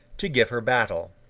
to give her battle.